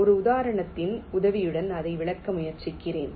ஒரு உதாரணத்தின் உதவியுடன் அதை விளக்க முயற்சிக்கிறேன்